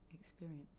experience